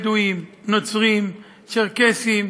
בדואים, נוצרים, צ'רקסים,